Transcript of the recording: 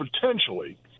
potentially